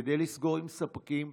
כדי לסגור עם ספקים,